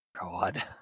God